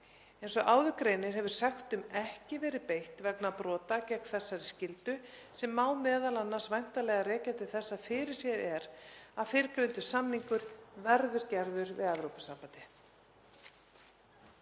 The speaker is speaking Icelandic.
Eins og áður greinir hefur sektum ekki verið beitt vegna brota gegn þessari skyldu sem má m.a. væntanlega rekja til þess að fyrirséð er að fyrrgreindur samningur verði gerður við Evrópusambandið.